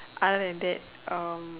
other than that um